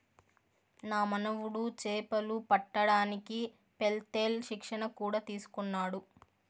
నా మనుమడు చేపలు పట్టడానికి పెత్తేల్ శిక్షణ కూడా తీసుకున్నాడు